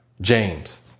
James